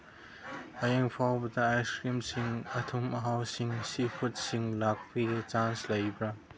ꯍꯌꯦꯡ ꯐꯥꯎꯕꯗ ꯑꯥꯏ ꯀ꯭ꯔꯤꯝꯁꯤꯡ ꯑꯊꯨꯝ ꯑꯍꯥꯎꯁꯤꯡ ꯁꯤ ꯐꯨꯠꯁꯤꯡ ꯂꯥꯛꯄꯒꯤ ꯆꯥꯟꯁ ꯂꯩꯕ꯭ꯔꯥ